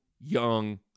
Young